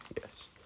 Yes